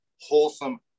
wholesome